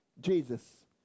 Jesus